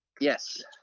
Yes